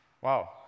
wow